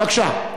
בבקשה,